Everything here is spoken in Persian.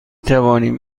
توانیم